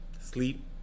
sleep